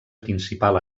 principal